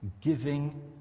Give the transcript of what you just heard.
giving